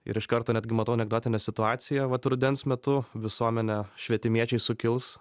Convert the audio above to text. ir iš karto netgi matau anekdotinę situaciją vat rudens metu visuomenė švietimiečiai sukils